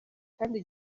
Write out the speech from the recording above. kandi